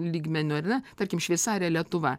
lygmeniu ar ne tarkim šveicarija lietuva